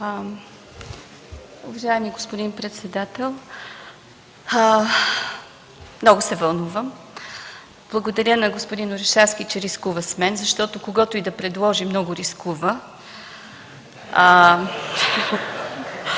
Уважаеми господин председател! Много се вълнувам. Благодаря на господин Орешарски, че рискува с мен, защото, когото и да предложи, много рискува.